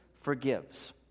forgives